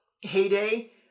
heyday